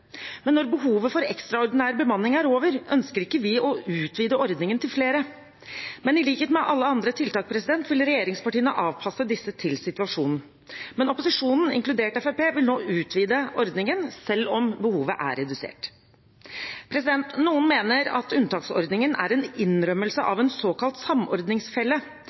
men når behovet for ekstraordinær bemanning er over, ønsker vi ikke å utvide ordningen til flere. I likhet med alle andre tiltak vil regjeringspartiene avpasse disse til situasjonen, men opposisjonen, inkludert Fremskrittspartiet, vil nå utvide ordningen, selv om behovet er redusert. Noen mener at unntaksordningen er en innrømmelse av en såkalt samordningsfelle,